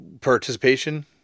Participation